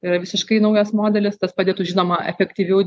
yra visiškai naujas modelis tas padėtų žinoma efektyviau